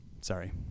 Sorry